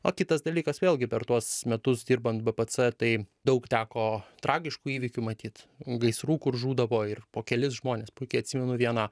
o kitas dalykas vėlgi per tuos metus dirban bpc tai daug teko tragiškų įvykių matyt gaisrų kur žūdavo ir po kelis žmones puikiai atsimenu vieną